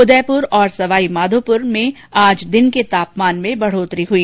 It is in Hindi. उदयपुर और सवाईमाधोपुर में आज दिन के तापमान में बढ़ोतरी हुई